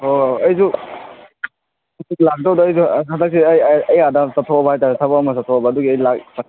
ꯑꯣ ꯑꯩꯁꯨ ꯑꯩꯁꯨ ꯍꯟꯗꯛꯇꯤ ꯑꯩ ꯑꯩ ꯑꯥꯗ ꯆꯠꯊꯣꯛꯑꯕ ꯍꯥꯏ ꯇꯥꯔꯦ ꯊꯕꯛ ꯑꯃ ꯆꯠꯊꯣꯛꯑꯕ ꯑꯗꯨꯒꯤ ꯑꯩ